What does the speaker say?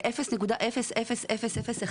ל-0.0001?